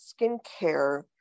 skincare